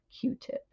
Q-tip